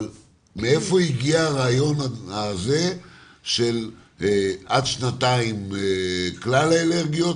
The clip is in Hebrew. אבל מאיפה הגיע הרעיון הזה של עד שנתיים כלל האלרגיות,